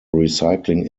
recycling